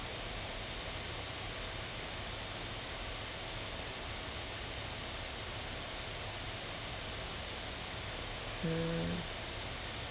mm